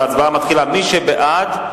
מי שבעד,